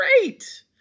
Great